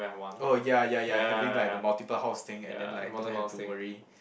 oh ya ya ya having like the multiple house thing and then like don't have to worry